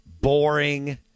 boring